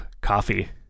coffee